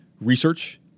research